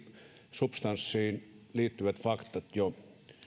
substanssiin liittyvät faktat jo olla